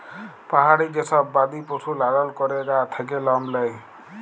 পাহাড়ি যে সব বাদি পশু লালল ক্যরে গা থাক্যে লম লেয়